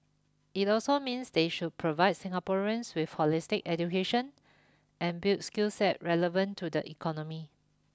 it also means they should provide Singaporeans with holistic education and build skill set relevant to the economy